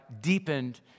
deepened